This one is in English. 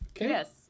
Yes